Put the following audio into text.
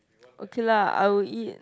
okay lah I will eat